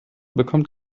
bekommt